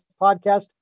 podcast